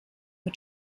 mit